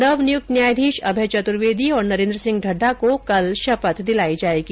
नव नियुक्त न्यायाधीश अभय चतुर्वेदी और नरेन्द्र सिंह ढड़डा को कल शपथ दिलाई जाएगी